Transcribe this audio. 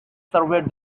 surveyed